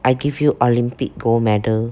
I give you olympic gold medal